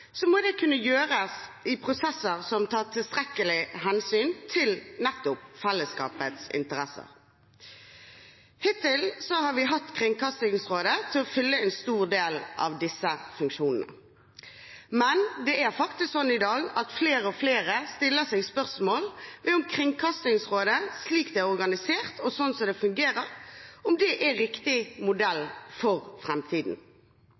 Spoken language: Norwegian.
må det kunne gjøres i prosesser som tar tilstrekkelig hensyn til fellesskapets interesser. Hittil har vi hatt Kringkastingsrådet til å fylle en stor del av disse funksjonene, men i dag stiller faktisk stadig flere spørsmål om Kringkastingsrådet, slik det er organisert og fungerer, er riktig modell for framtiden. Fremskrittspartiet har i mange år ment at NRK i altfor liten grad gjenspeiler det